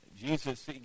Jesus